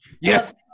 Yes